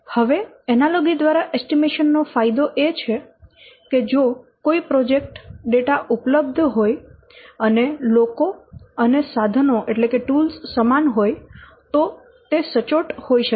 હવે એનાલોગી દ્વારા એસ્ટીમેશન નો ફાયદો એ છે કે જો કોઈ પ્રોજેક્ટ ડેટા ઉપલબ્ધ હોય અને લોકો અને સાધનો સમાન હોય તો તે સચોટ હોય શકે છે